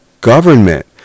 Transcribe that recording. government